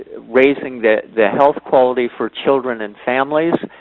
raising the the health quality for children and families.